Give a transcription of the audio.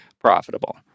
profitable